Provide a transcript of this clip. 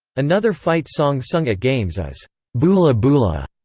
another fight song sung at games is boola boola.